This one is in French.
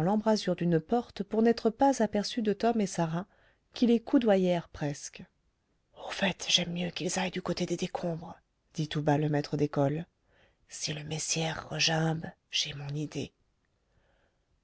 l'embrasure d'une porte pour n'être pas aperçus de tom et de sarah qui les coudoyèrent presque au fait j'aime mieux qu'ils aillent du côté des décombres dit tout bas le maître d'école si le messière regimbe j'ai mon idée